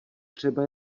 třeba